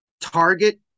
Target